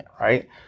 right